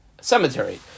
cemetery